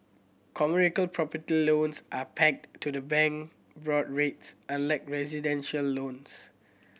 property loans are pegged to the bank board rates unlike residential loans